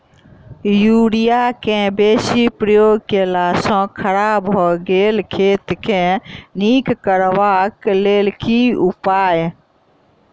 Urea केँ बेसी प्रयोग केला सऽ खराब भऽ गेल खेत केँ नीक करबाक लेल की उपाय?